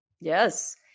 Yes